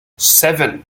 seven